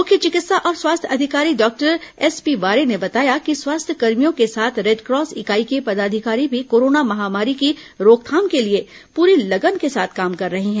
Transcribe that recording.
मुख्य चिकित्सा और स्वास्थ्य अधिकारी डॉक्टर एसपी वारे ने बताया कि स्वास्थ्यकर्मियों के साथ रेडक्रॉस इकाई के पदाधिकारी भी कोरोना महामारी की रोकथाम के लिए पूरी लगन के साथ काम कर रहे हैं